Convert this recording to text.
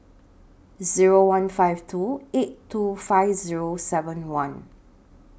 Zero one five two eight two five Zero seven one